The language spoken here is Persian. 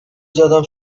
زدم